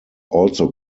also